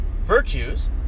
virtues